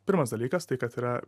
pirmas dalykas tai kad yra